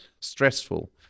stressful